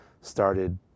started